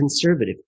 conservative